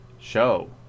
show